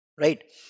right